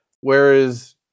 Whereas